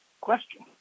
question